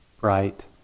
bright